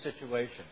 situation